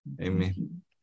Amen